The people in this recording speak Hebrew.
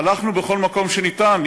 הלכנו להסברה בכל מקום שאפשר,